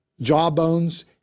jawbones